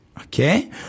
okay